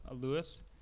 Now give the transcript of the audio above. Lewis